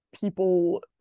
people